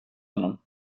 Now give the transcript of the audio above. honom